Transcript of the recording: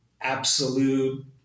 absolute